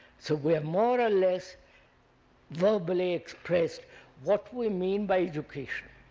so we have more or less verbally expressed what we mean by education.